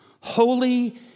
holy